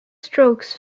strokes